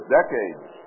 decades